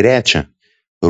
trečia